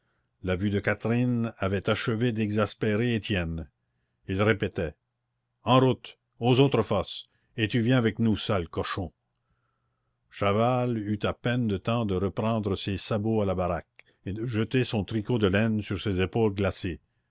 la vue de catherine avait achevé d'exaspérer étienne il répétait en route aux autres fosses et tu viens avec nous sale cochon chaval eut à peine le temps de reprendre ses sabots à la baraque et de jeter son tricot de laine sur ses épaules glacées